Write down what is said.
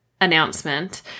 announcement